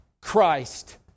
Christ